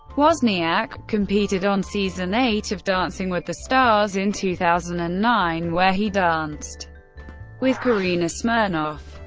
wozniak competed on season eight of dancing with the stars in two thousand and nine where he danced with karina smirnoff.